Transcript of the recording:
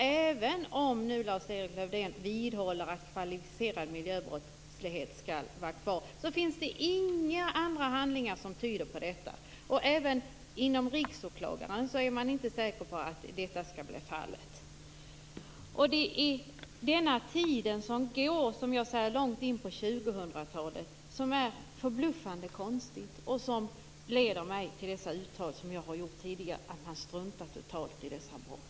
Även om Lars-Erik Lövdén vidhåller att kvalificerade miljöbrott skall vara kvar hos myndigheten, finns det inga andra handlingar som tyder på detta. Även inom riksåklagarämbetet är man inte säker på att det skall bli så. Den tid detta kommer att ta in på 2000-talet är förbluffande konstigt, och det är detta som har gjort att jag tidigare har uttalat att man struntar i dessa brott.